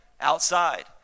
outside